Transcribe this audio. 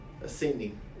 ascending